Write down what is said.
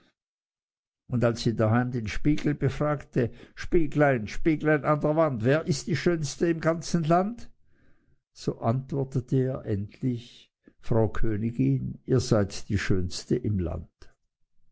und als sie daheim den spiegel befragte spieglein spieglein an der wand wer ist die schönste im ganzen land so antwortete er endlich frau königin ihr seid die schönste im land